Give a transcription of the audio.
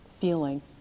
feeling